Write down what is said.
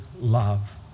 love